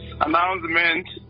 announcement